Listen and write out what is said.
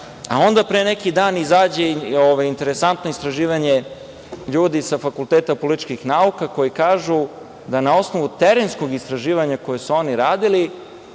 a onda pre neki dan izađe interesantno istraživanje ljudi sa Fakulteta političkih nauka koji kažu da, na osnovu terenskog istraživanja koje su oni radili,